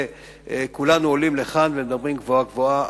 כולנו עולים לכאן ומדברים גבוהה-גבוהה.